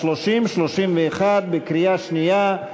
בקריאה שנייה.